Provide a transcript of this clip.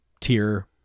tier